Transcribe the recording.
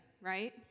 right